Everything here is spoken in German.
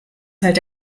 halt